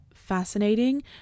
fascinating